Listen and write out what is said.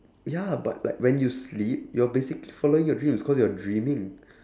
ya but like when you sleep you're basically following your dreams cause you're dreaming